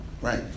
right